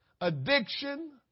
addiction